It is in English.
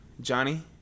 Johnny